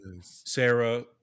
Sarah